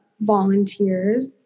volunteers